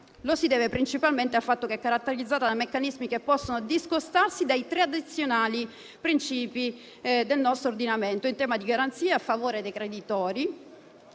lo si deve principalmente al fatto che è caratterizzata da meccanismi che possono discostarsi dai tradizionali principi del nostro ordinamento in tema di garanzie a favore dei creditori